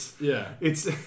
yeah—it's